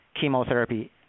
chemotherapy